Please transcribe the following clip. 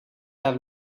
have